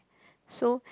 so